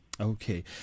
Okay